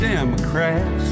Democrats